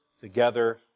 together